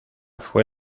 fue